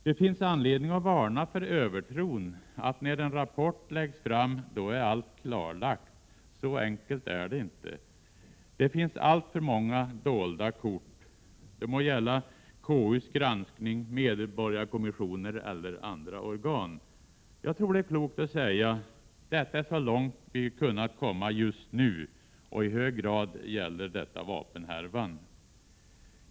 Det finns anledning att varna för en övertro på att när en rapport läggs fram då är allt klarlagt. Så enkelt är det inte. Det finns alltför många dolda kort. Det må gälla KU:s granskning, medborgarkommissioner eller andra organ. Jag tror det är klokt att säga: Detta är så långt vi kunnat komma just nu. I hög grad gäller detta vapenhärvan.